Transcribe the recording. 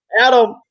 Adam